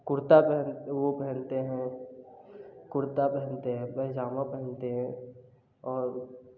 कुर्ता पहन वो पहनते हैं कुर्ता पहनते हैं पैजामा पहनते हैं और